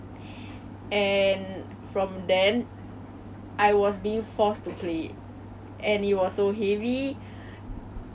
and from then I realise that 那个 violin 我不应该这么容易放弃